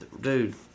Dude